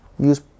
use